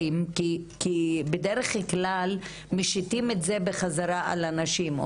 כי בדרך כלל משיתים את זה בחזרה על הנשים,